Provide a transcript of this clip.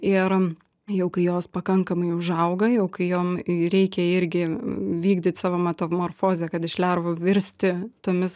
ir jau kai jos pakankamai užauga jau kai jom reikia irgi vykdyt savo matomorfozę kad iš lervų virsti tomis